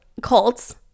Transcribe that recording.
cults